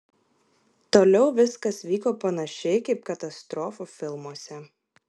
toliau viskas vyko panašiai kaip katastrofų filmuose